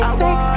sex